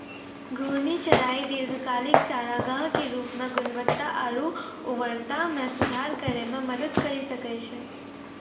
घूर्णि चराई दीर्घकालिक चारागाह के रूपो म गुणवत्ता आरु उर्वरता म सुधार करै म मदद करि सकै छै